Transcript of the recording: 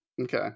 okay